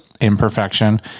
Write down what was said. imperfection